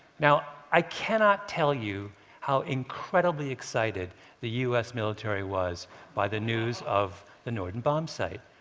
now i cannot tell you how incredibly excited the u s. military was by the news of the norden bombsight.